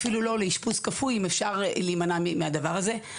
אפילו לא לאשפוז כפוי, אם אפשר להימנע מהדבר הזה.